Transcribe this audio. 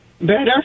Better